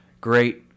great